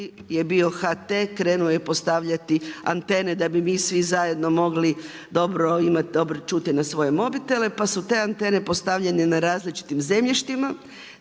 je bio HT, krenuo je postavljati antene da bi mi svi zajedno moglo dobro čuti na svoje mobitele, pa su te antene postavljane na različitim zemljištima.